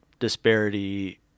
disparity